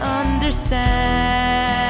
understand